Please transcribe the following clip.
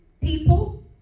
people